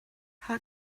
how